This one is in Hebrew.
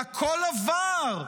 והכול עבר,